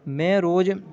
में रोज